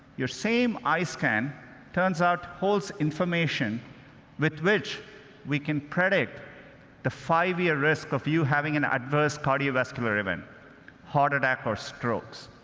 your same eye scan, it turns out, holds information with which we can predict the five-year risk of you having an adverse cardiovascular event heart attack or strokes.